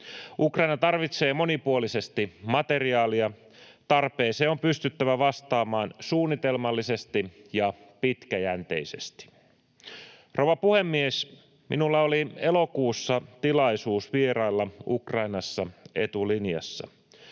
Ukraina tarvitsee monipuolisesti materiaalia. Tarpeeseen on pystyttävä vastaamaan suunnitelmallisesti ja pitkäjänteisesti. Rouva puhemies! Minulla oli elokuussa tilaisuus vierailla Ukrainassa etulinjassa.